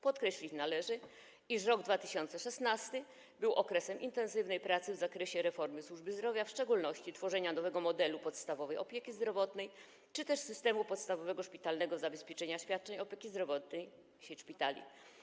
Podkreślić należy, iż rok 2016 był okresem intensywnej pracy w zakresie reformy służby zdrowia, w szczególności tworzenia nowego modelu podstawowej opieki zdrowotnej czy też systemu podstawowego szpitalnego zabezpieczenia świadczeń opieki zdrowotnej - sieć szpitali.